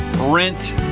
Rent